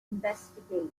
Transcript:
investigate